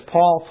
Paul